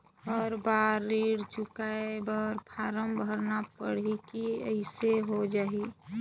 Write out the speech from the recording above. हर बार ऋण चुकाय बर फारम भरना पड़ही की अइसने हो जहीं?